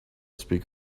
speak